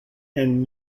and